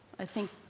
i think,